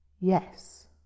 Yes